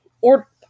Or-